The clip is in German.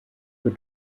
für